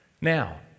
Now